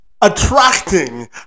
Attracting